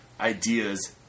ideas